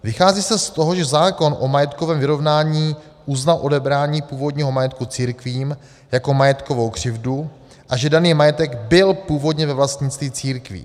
Vychází se z toho, že zákon o majetkovém vyrovnání uznal odebrání původního majetku církvím jako majetkovou křivdu a že daný majetek byl původně ve vlastnictví církví.